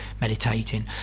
meditating